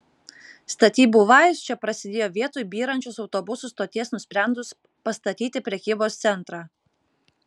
statybų vajus čia prasidėjo vietoj byrančios autobusų stoties nusprendus pastatyti prekybos centrą